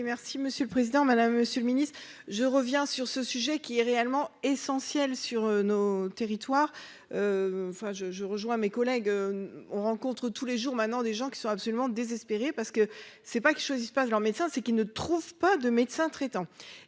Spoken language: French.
merci Monsieur le Président Madame Monsieur le Ministre, je reviens sur ce sujet qui est réellement essentiel sur nos territoires, enfin je je rejoins mes collègues, on rencontre tous les jours maintenant des gens qui sont absolument désespéré parce que c'est pas qu'ils choisissent pas leur médecin, c'est qu'ils ne trouvent pas de médecin traitant